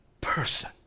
person